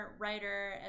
writer